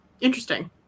Interesting